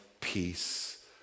peace